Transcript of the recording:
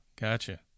Gotcha